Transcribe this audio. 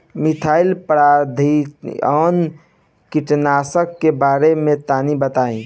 Methyl parathion कीटनाशक के बारे में तनि बताई?